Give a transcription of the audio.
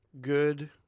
Good